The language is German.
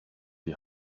die